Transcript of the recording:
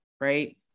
right